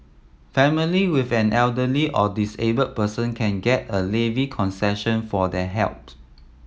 family with an elderly or disabled person can get a levy concession for their helps